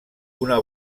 una